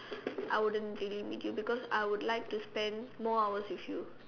I wouldn't really meet you because I would like to spend more hours with you